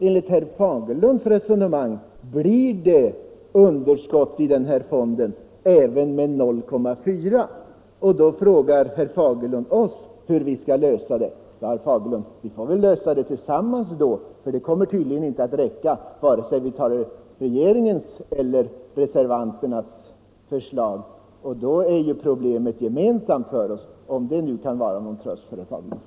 Enligt herr Fagerlunds resonemang blir det underskott i fonden även med en arbetsgivaravgift på 0,4 96. Då frågar herr Fagerlund oss hur vi skall lösa problemet. Ja, herr Fagerlund, vi får väl lösa det tillsammans då, för pengarna kommer tydligen — enligt herr Fagerlund — inte att räcka vare sig riksdagen bifaller regeringens eller reservanternas förslag. Då är ju problemet gemensamt för oss — om det nu kan vara någon tröst för herr Fagerlund.